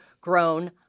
grown